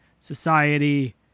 society